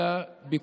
אנשים יקרים,